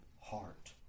heart